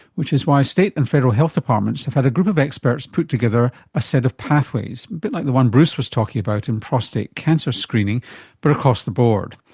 which is why state and federal health departments have had a group of experts put together a set of pathways a bit like the one bruce was talking about in prostate cancer screening but across the board.